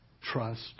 trust